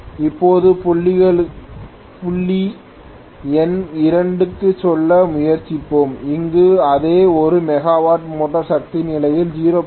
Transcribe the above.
இப்போது புள்ளி எண் 2 க்கு செல்ல முயற்சிப்போம் அங்கு அதே 1 மெகாவாட் மோட்டார் சக்தி நிலையில் 0